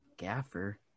Gaffer